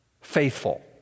Faithful